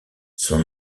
son